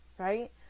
Right